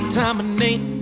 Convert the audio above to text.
dominate